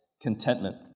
contentment